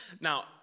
Now